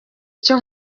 icyo